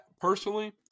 personally